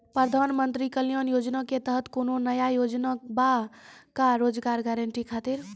प्रधानमंत्री कल्याण योजना के तहत कोनो नया योजना बा का रोजगार गारंटी खातिर?